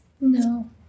No